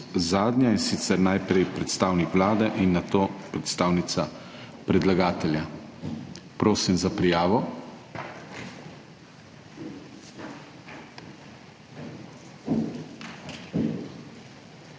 zadnja, in sicer najprej predstavnik Vlade in nato predstavnica predlagatelja. Prosim za prijavo.